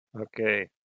Okay